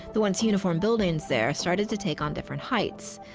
the once uniform buildings there started to take on different heights,